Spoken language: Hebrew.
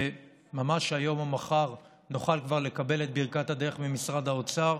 שממש היום או מחר נוכל כבר לקבל את ברכת הדרך ממשרד האוצר,